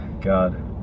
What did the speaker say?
God